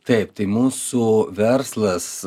taip tai mūsų verslas